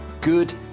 good